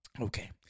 Okay